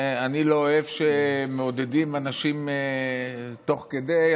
אני לא אוהב שמעודדים אנשים תוך כדי,